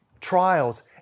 trials